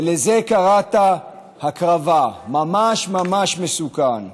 ולזה קראת הקרבה, ממש ממש מסוכן.